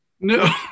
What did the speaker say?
no